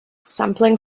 sampling